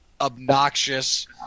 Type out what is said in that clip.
obnoxious